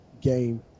game